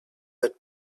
that